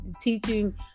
teaching